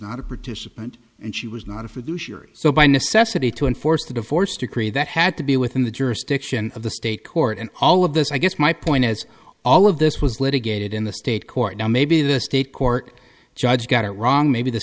not a participant and she was not a for the jury so by necessity to enforce the divorce decree that had to be within the jurisdiction of the state court and all of this i guess my point is all of this was litigated in the state court now maybe the state court judge got it wrong maybe the